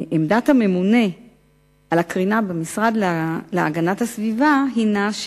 עמדת הממונה על הקרינה במשרד להגנת הסביבה הינה,